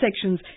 sections